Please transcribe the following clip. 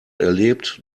erlebt